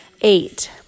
eight